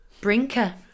Brinker